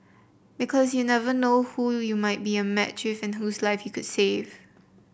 because you never know who you might be a match with and whose life you could save